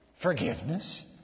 Forgiveness